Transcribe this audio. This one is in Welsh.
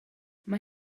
mae